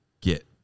Get